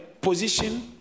position